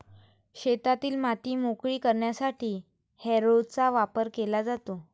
शेतातील माती मोकळी करण्यासाठी हॅरोचा वापर केला जातो